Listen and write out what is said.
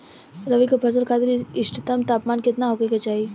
रबी क फसल खातिर इष्टतम तापमान केतना होखे के चाही?